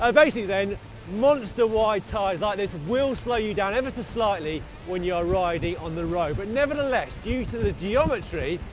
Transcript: um basically then monster wide tyres like this will slow you down ever so slightly when you're riding on the road. but nevertheless, due to the geometry,